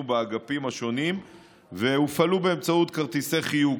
באגפים השונים והופעלו באמצעות כרטיסי חיוג,